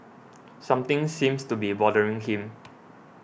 something seems to be bothering him